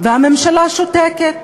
והממשלה שותקת.